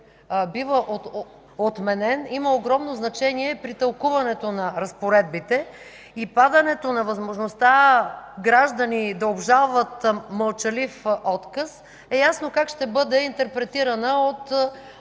бива отменен, има огромно значение при тълкуването на разпоредбите и падането на възможността граждани да обжалват мълчалив отказ е ясно как ще бъде интерпретирана от